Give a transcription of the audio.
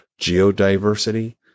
geodiversity